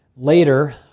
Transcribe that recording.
Later